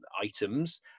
items